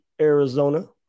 Arizona